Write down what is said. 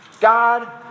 God